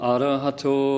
Arahato